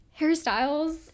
hairstyles